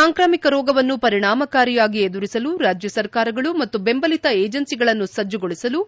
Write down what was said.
ಸಾಂಕ್ರಾಮಿಕ ರೋಗವನ್ನು ಪರಿಣಾಮಕಾರಿಯಾಗಿ ಎದುರಿಸಲು ರಾಜ್ಯ ಸರ್ಕಾರಗಳು ಮತ್ತು ಬೆಂಬಲಿತ ಏಜೆನಿಗಳನ್ನು ಸಜ್ಲಗೊಳಿಸಲು